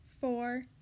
four